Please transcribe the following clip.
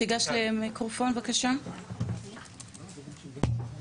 תיגש למיקרופון בבקשה תציג את עצמך בשביל